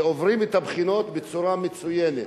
ועוברים את הבחינות בצורה מצוינת,